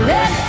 Let